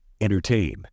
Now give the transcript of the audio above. Entertain